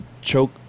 choke